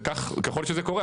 וכך ככל שזה קורה,